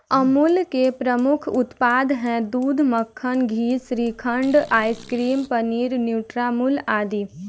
अमूल के प्रमुख उत्पाद हैं दूध, मक्खन, घी, श्रीखंड, आइसक्रीम, पनीर, न्यूट्रामुल आदि